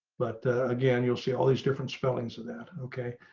but again, you'll see all these different spellings of that. okay,